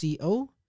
co